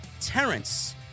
Terrence